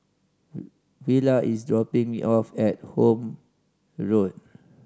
Willa is dropping me off at Horne Road